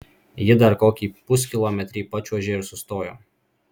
ji dar kokį puskilometrį pačiuožė ir sustojo